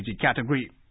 category